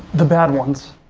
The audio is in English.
the bad ones